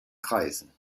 kreisen